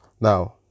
Now